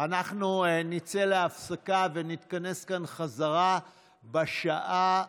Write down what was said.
אנחנו נצא להפסקה ונתכנס כאן חזרה בשעה